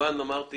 אמרתי